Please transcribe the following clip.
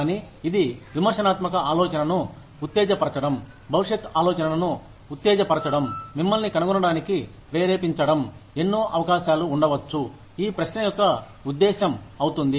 కానీ ఇది విమర్శనాత్మక ఆలోచనను ఉత్తేజపరచడం భవిష్యత్ ఆలోచనను ఉత్తేజపరచడం మిమ్మల్ని కనుగొనడానికి ప్రేరేపించడం ఎన్నోఅవకాశాలు ఉండవచ్చుఈ ప్రశ్న యొక్క ఉద్దేశం అవుతుంది